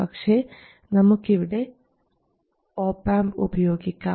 പക്ഷേ നമുക്കിവിടെ op amp ഉപയോഗിക്കാം